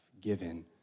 given